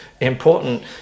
important